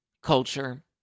Culture